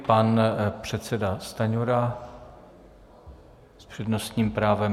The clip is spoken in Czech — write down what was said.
Pan předseda Stanjura s přednostním právem.